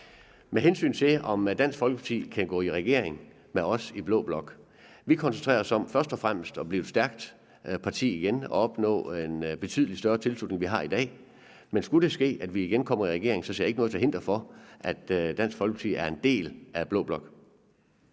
Med hensyn til, om Dansk Folkeparti kan gå i regering med os i blå blok, vil jeg sige, at vi først og fremmest koncentrerer os om igen at blive et stærkt parti og at opnå en betydelig større tilslutning, end vi har i dag. Men skulle det ske, at vi igen kommer i regering, så ser jeg ikke, at der er noget til hinder for, at Dansk Folkeparti er en del af blå blok.